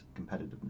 competitiveness